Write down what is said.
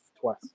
twice